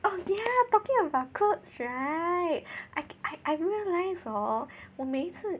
oh yeah talking about clothes right I I realise hor 我每一次